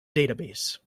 database